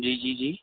جی جی جی